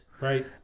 right